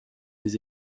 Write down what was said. les